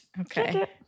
Okay